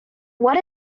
what